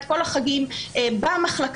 את כל החגים במחלקה,